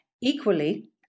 Equally